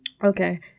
Okay